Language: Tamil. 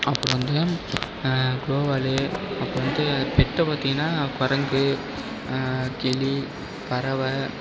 அப்றம் வந்து க்ளோவாலு அப்றம் வந்து பெட்டை பார்த்திங்கனா குரங்கு கிளி பறவை